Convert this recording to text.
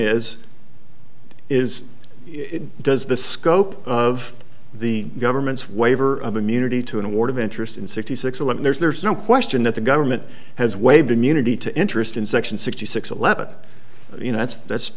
is it does the scope of the government's waiver of immunity to an award of interest in sixty six eleven there's no question that the government has waived immunity to interest in section sixty six eleven you know that's that's